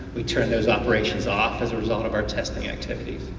we turn those operations off as a result of our testing activities.